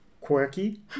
quirky